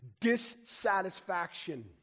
dissatisfaction